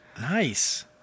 nice